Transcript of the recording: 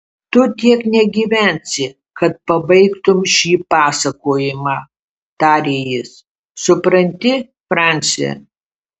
tu tiek negyvensi kad pabaigtumei šį pasakojimą tarė jis supranti franci